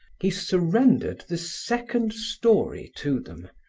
he surrendered the second story to them,